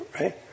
right